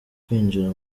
kwinjira